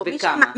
וכמה?